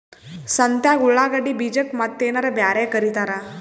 ಸಂತ್ಯಾಗ ಉಳ್ಳಾಗಡ್ಡಿ ಬೀಜಕ್ಕ ಮತ್ತೇನರ ಬ್ಯಾರೆ ಕರಿತಾರ?